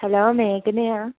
hello മേഘനയാ